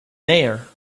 mayor